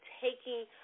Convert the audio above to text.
taking